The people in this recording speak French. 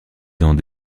dans